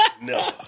No